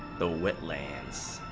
the wetlands